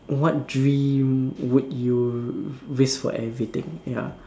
what dream would you risk for everything ya